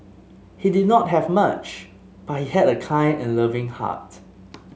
he did not have much but he had a kind and loving heart